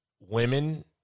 women